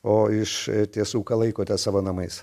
o iš tiesų ką laikote savo namais